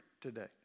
today